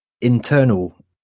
internal